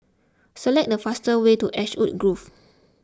select the fastest way to Ashwood Grove